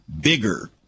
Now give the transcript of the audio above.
bigger